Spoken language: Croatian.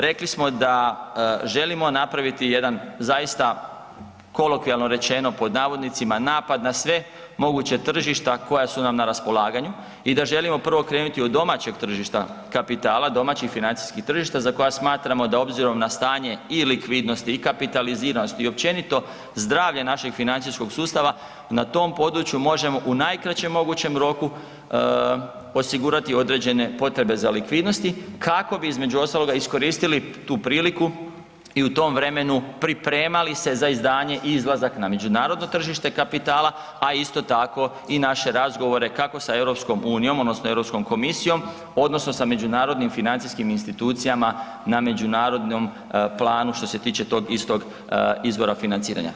Rekli smo da želimo napraviti jedan zaista kolokvijalno rečeno pod navodnicima napad na sve moguće tržišta koja su nam na raspolaganju i da želimo prvo krenuti od domaćeg tržišta kapitala, domaćih financijskih tržišta za koja smatramo da obzirom na stanje i likvidnosti i kapitaliziranosti i općenito zdravlje našeg financijskog sustava na tom području možemo u najkraće mogućem roku osigurati određene potrebe za likvidnosti kako bi između ostaloga iskoristili tu priliku i u tom vremenu pripremali se za izdanje i izlazak na međunarodno tržište kapitala, a isto tako i naše razgovore kako sa EU odnosno Europskom komisijom odnosno sa međunarodnim financijskim institucijama na međunarodnom planu što se tiče tog istog izvora financiranja.